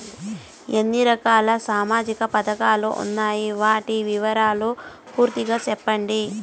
ఎన్ని రకాల సామాజిక పథకాలు ఉండాయి? వాటి వివరాలు పూర్తిగా సెప్పండి?